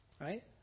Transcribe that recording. Right